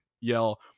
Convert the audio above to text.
yell